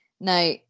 Now